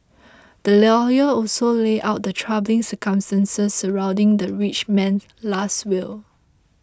the lawyer also laid out the troubling circumstances surrounding the rich man's Last Will